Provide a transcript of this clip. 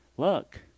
look